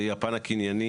והיא הפן הקנייני